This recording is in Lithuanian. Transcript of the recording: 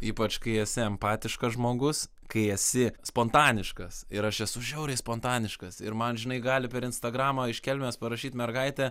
ypač kai esi empatiškas žmogus kai esi spontaniškas ir aš esu žiauriai spontaniškas ir man žinai gali per instagramą iš kelmės parašyt mergaitė